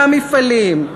והמפעלים.